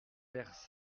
père